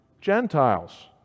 Gentiles